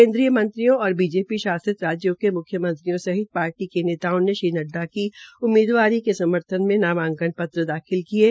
केन्द्रीय मंत्रियों और बीजेपी शासित राज्यों के म्ख्यमंत्रियों सहित पार्टी के नेताओं ने श्री नड्डा की उम्मीदवारी के समर्थन में नामांकन दाखिल किये